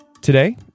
Today